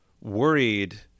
worried